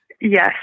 Yes